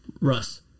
Russ